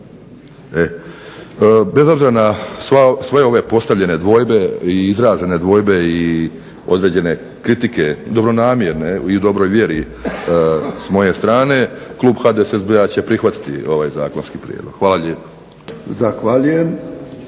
zaštiti. Uz sve ove postavljene dvojbe i izražene dvojbe i određene kritike, dobronamjerne i u dobroj vjeri s moje strane, klub HDSSB-a će prihvatiti ovaj zakonski prijedlog. Hvala lijepo.